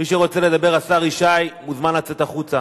מי שרוצה לדבר, השר ישי, מוזמן לצאת החוצה.